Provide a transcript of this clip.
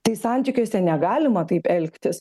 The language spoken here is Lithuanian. tai santykiuose negalima taip elgtis